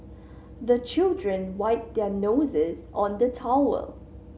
the children wipe their noses on the towel